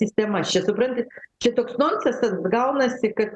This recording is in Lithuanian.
sistema čia suprantat čia toks nonsesas gaunasi kad